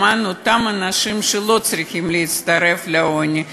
למען אותם אנשים שלא צריכים להצטרף לעוני,